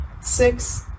six